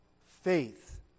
faith